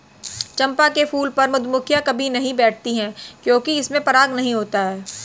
चंपा के फूल पर मधुमक्खियां कभी नहीं बैठती हैं क्योंकि इसमें पराग नहीं होता है